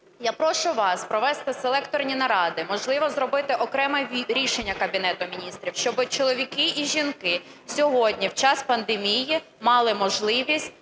Я прошу вас провести селекторні наради, можливо, зробити окреме рішення Кабінету Міністрів, щоби чоловіки і жінки сьогодні в час пандемії мали можливість